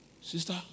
Sister